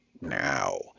now